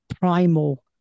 primal